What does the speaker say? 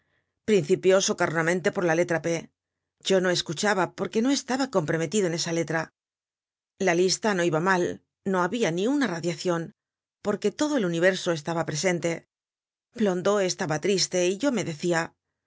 clase principió socarronamente por la letra p yo no escuchaba porque no estaba comprometido en esa letra la lista no iba mal no habia ni une radiacion porque todo el universo estaba presente blondeau estaba triste y yo me decia